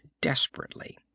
desperately